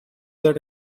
that